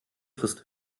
frisst